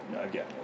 again